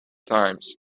times